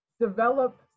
develop